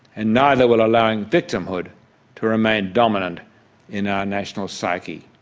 and neither will allowing victimhood to remain dominant in our national psyche.